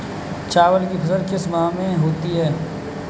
चावल की फसल किस माह में होती है?